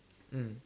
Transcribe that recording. mm